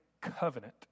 Covenant